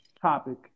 topic